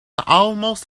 almost